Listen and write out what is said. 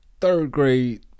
third-grade